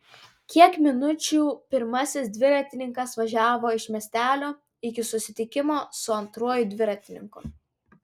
kiek minučių pirmasis dviratininkas važiavo iš miestelio iki susitikimo su antruoju dviratininku